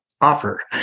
offer